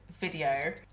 video